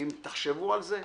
אם תחשבו על זה,